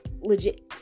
legit